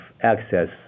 access